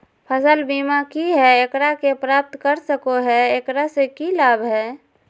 फसल बीमा की है, एकरा के प्राप्त कर सको है, एकरा से की लाभ है?